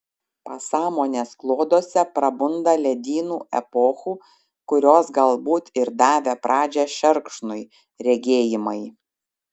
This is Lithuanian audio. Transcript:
pasąmonės kloduose prabunda ledynų epochų kurios galbūt ir davė pradžią šerkšnui regėjimai